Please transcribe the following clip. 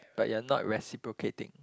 but you're not reciprocating